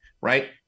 right